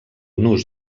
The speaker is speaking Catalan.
nus